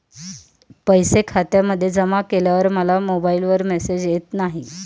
पैसे खात्यामध्ये जमा केल्यावर मला मोबाइलवर मेसेज येत नाही?